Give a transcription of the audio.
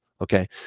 okay